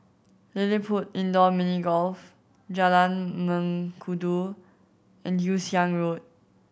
LilliPutt Indoor Mini Golf Jalan Mengkudu and Yew Siang Road